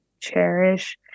cherish